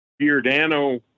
Giordano